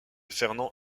fernand